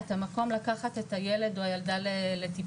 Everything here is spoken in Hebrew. את המקום ככה לקחת את הילד או הילדה לטיפול.